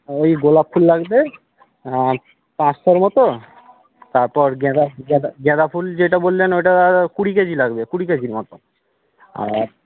ওই গোলাপ ফুল লাগবে অ্যাঁ পাঁচটার মতো তারপর গাঁদা গাঁদা ফুল যেটা বললেন ওটা কুড়ি কেজি লাগবে কুড়ি কেজির মতো আর